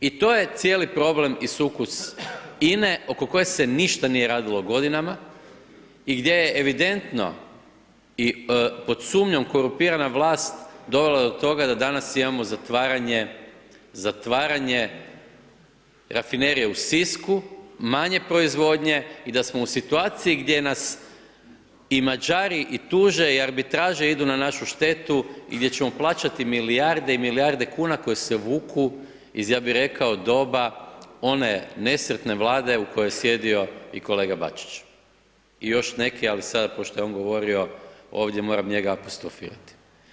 I to je cijeli problem i sukus INA-e oko koje se ništa nije radilo godinama i gdje je evidentno i pod sumnjom korumpirana vlast dovela do toga da danas imamo zatvaranje, zatvaranje Rafinerije u Sisku, manje proizvodnje i da smo u situaciji gdje nas i Mađari i tuže i arbitraže idu na našu štetu gdje ćemo plaćati milijarde i milijarde kuna koji se vuku, ja bi rekao, doba one nesretne Vlade u kojoj je sjedio i kolega Bačić i još neki, al sada pošto je on govorio ovdje, moram njega apostrofirati.